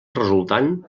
resultant